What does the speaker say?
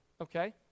okay